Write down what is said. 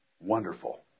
Wonderful